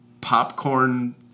popcorn